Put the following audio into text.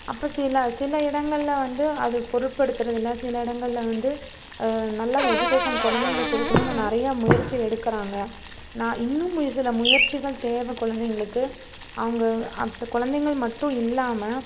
அப்போ சில சில இடங்கள்ல வந்து அது பொருட்படுத்துகிறது இல்லை சில இடங்கள்ல வந்து நல்லா எஜுகேஷன் குலந்தைங்களுக்கு கொடுக்கணும்னு நிறையா முயற்சி எடுக்கிறாங்க நான் இன்னும் மு சில முயற்சிகள் தேவை குழந்தைகளுக்கு அவங்க அந்த குழந்தைகள் மட்டும் இல்லாமல்